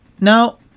Now